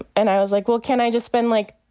and i was like, well, can i just spend, like,